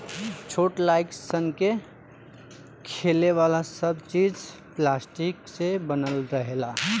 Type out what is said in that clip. छोट लाइक सन के खेले वाला सब चीज़ पलास्टिक से बनल रहेला